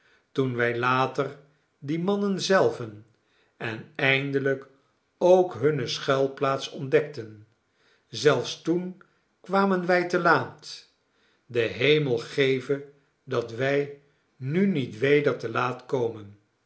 toen wij later die mannen zelven en eindelijk ook hunne schuilplaats ontdekten zelfs toen kwamen wij te laat de hemel geve dat wij nu niet weder te laat komen